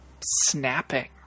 snapping